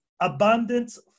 abundance